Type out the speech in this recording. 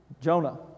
Jonah